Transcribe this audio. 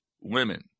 women